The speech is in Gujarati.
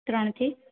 ત્રણથી